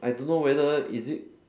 I don't know whether is it